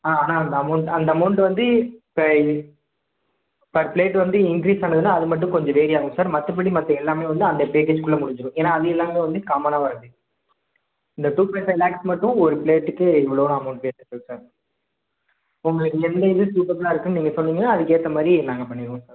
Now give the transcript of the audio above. ஆ ஆனால் அந்த அமௌண்ட் அந்த அமௌண்ட்டு வந்து இப்போ பர் ப்ளேட் வந்து இன்க்ரீஸ் பண்ணிங்கன்னா அது மட்டும் கொஞ்சம் வேரி ஆகும் சார் மற்றபடி மற்ற எல்லாமே வந்து அந்த பேக்கேஜ்க்குள்ள முடிஞ்சுரும் ஏன்னால் அது எல்லாமே வந்து காமனாக வரது இந்த டூ பாய்ண்ட் ஃபைவ் லேக்ஸ் மட்டும் ஒரு ப்ளேட்டுக்கு இவ்வளோன்னு அமௌண்ட் இப்போ உங்களுக்கு எந்த இது சூட்டபுளாக இருக்குன்னு நீங்கள் சொன்னீங்கன்னா அதுக்கு ஏற்ற மாதிரி நாங்கள் பண்ணிருவோம் சார்